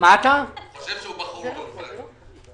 שהוא בחור טוב.